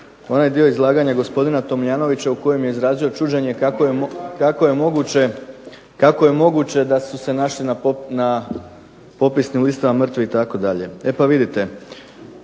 onaj dio izlaganja gospodina Tomljanovića u kojem je izrazio čuđenje kako je moguće da su se našli na popisnim listama mrtvi itd. E pa vidite